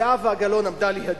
זהבה גלאון עמדה לידי,